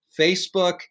Facebook